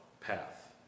path